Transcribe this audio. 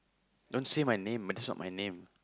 don't say my name but that's not my name